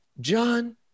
John